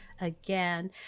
again